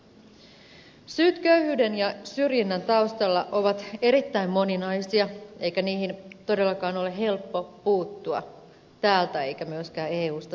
syyt köyhyyden ja syrjinnän taustalla ovat erittäin moninaisia eikä niihin todellakaan ole helppo puuttua täältä eikä myöskään eusta käsin